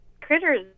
critters